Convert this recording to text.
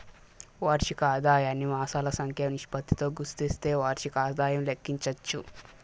వార్షిక ఆదాయాన్ని మాసాల సంఖ్య నిష్పత్తితో గుస్తిస్తే వార్షిక ఆదాయం లెక్కించచ్చు